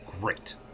great